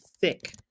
thick